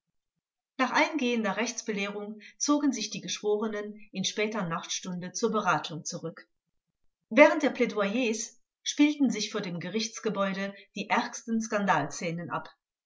nach eingehender rechtsbelehrung zogen sich die geschworenen in später nachtstunde zur beratung zurück während der plädoyers spielten sich vor dem gerichtsgebäude die ärgsten skandalszenen ab